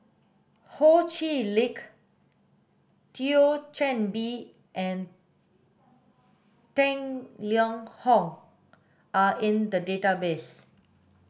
Ho Chee Lick Thio Chan Bee and Tang Liang Hong are in the database